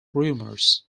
rumors